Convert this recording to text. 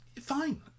fine